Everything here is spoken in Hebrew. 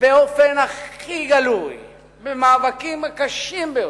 באופן הכי גלוי במאבקים קשים ביותר,